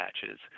patches